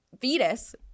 fetus